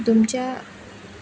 तुमच्या